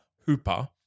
Hooper